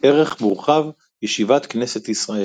ערך מורחב – ישיבת כנסת ישראל